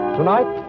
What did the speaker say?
Tonight